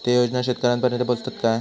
ते योजना शेतकऱ्यानपर्यंत पोचतत काय?